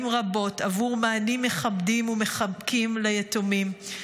רבות בעבור מענים מכבדים ומחבקים ליתומים.